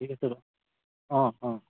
ঠিক আছে বাৰু অঁ অঁ